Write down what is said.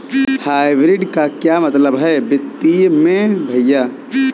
Hybrid का क्या मतलब है वित्तीय में भैया?